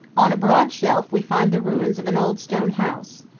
on a broad shelf we find the ruins of an old stone house,